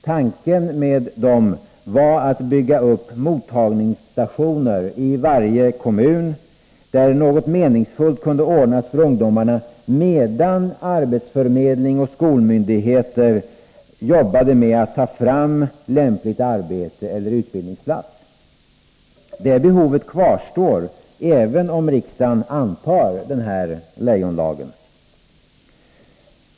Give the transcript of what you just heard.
Tanken med ungdomsslussarna var att bygga upp mottagningsstationer i varje kommun, där något meningsfullt kunde ordnas för ungdomarna medan arbetsförmedling och skolmyndigheter jobbade med att ta fram lämpligt arbete eller utbildningsplats. Det behovet kvarstår även om riksdagen antar den här Leijonlagen.